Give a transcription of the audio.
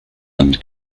and